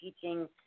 teaching